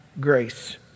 grace